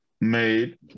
made